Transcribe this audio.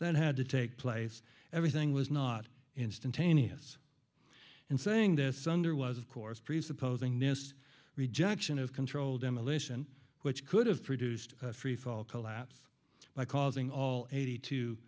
that had to take place everything was not instantaneous and saying this under was of course presupposing nist rejection of controlled demolition which could have produced a freefall collapse by causing all eighty two